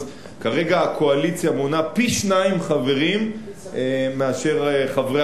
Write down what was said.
אז כרגע הקואליציה מונה פי-שניים חברים מאשר חברי